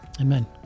Amen